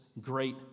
great